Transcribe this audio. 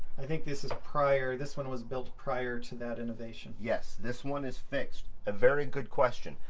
i think this is prior, this one was built prior to that innovation. yes this one is fixed. a very good question!